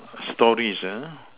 stories uh